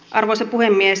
arvoisa puhemies